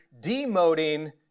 demoting